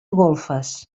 golfes